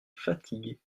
fatigué